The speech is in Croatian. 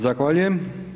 Zahvaljujem.